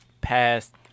past